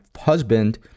husband